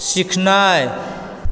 सिखनाय